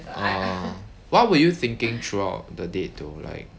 uh what were you thinking throughout the date too like